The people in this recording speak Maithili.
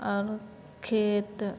आओरो खेत